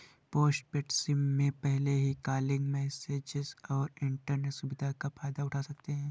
postpaid SIM में पहले ही कॉलिंग, मैसेजस और इन्टरनेट सुविधाओं का फायदा उठा सकते हैं